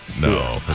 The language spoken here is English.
No